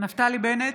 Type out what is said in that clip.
נפתלי בנט,